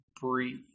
breathe